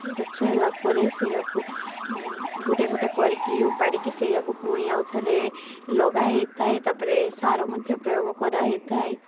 ଗଛ ହେଲା ପରେ ସେଇଆକୁ ଗୁଟେ ଗୁଟେ କରିକି ଉପାଡ଼ିକି ସେଇଆକୁ ପୁଣି ଆଉଥରେ ଲଗାହେଇ ଥାଏ ତାପରେ ସାର ମଧ୍ୟ ପ୍ରୟୋଗ କରାହେଇ ଥାଏ